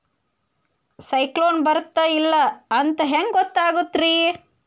ಸೈಕ್ಲೋನ ಬರುತ್ತ ಇಲ್ಲೋ ಅಂತ ಹೆಂಗ್ ಗೊತ್ತಾಗುತ್ತ ರೇ?